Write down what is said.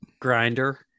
Grinder